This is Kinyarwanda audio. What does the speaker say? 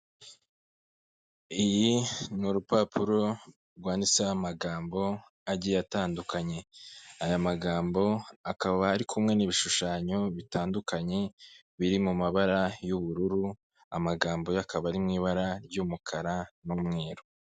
Iyi n'urupapuro rwanditseho amagambo agiye atandukanye, aya magambo akaba ari kumwe n'ibishushanyo bitandukanye biri mu mabara y'ubururu, amagambo yo akaba ari mu ibara ry'umukara n'umweru.